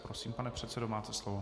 Prosím, pane předsedo, máte slovo.